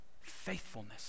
faithfulness